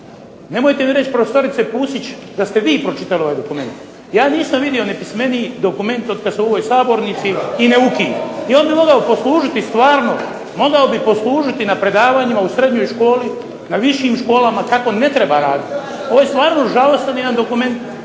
Nemojte mi reći prof. Pusić da ste vi pročitali ovaj dokument. Ja nisam vidio nepismeniji dokument od kad sam u ovoj sabornici i neukiji i on bi mogao poslužiti stvarno, mogao bi poslužiti na predavanjima u srednjoj školi, na višim školama kako ne treba raditi. Ovo je stvarno žalostan jedan dokument